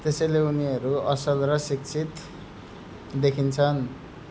त्यसैले उनीहरू असल र शिक्षित देखिन्छन्